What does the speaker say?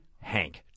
Hank